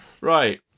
right